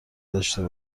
داشته